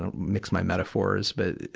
ah mix my metaphors, but,